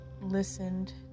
listened